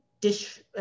dish